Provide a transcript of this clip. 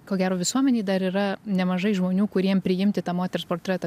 ko gero visuomenėj dar yra nemažai žmonių kuriem priimti tą moters portretą